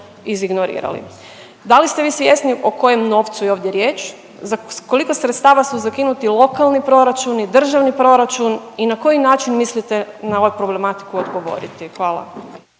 izignorirali. Da li ste vi svjesni o kojem novcu je ovdje riječ? Za koliko sredstava su zakinuti lokalni proračuni, državni proračun i na koji način mislite na ovu problematiku odgovoriti. Hvala.